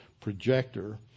projector